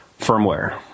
firmware